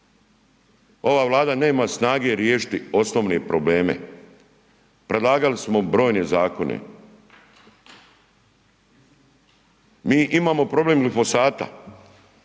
Ova Vlada nema snage riješiti osnovne probleme, predlagali smo brojne zakone. Mi imamo problem glifosata,